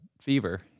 fever